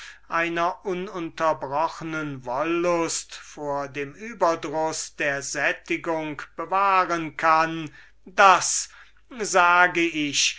einer ununterbrochnen wollust vor dem überdruß der sättigung zu bewahren daß sage ich